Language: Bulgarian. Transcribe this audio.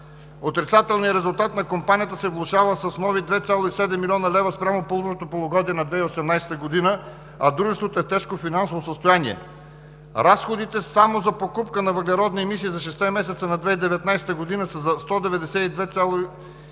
Отрицателният резултат на компанията се влошава с нови 2,7 млн. лв. спрямо първото полугодие на 2018 г., а дружеството е в тежко финансово състояние. Разходите само за покупка на въглеродни емисии за шестте месеца на 2019 г. са до 192 млн.